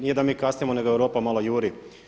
Nije da mi kasnimo nego Europa malo juri.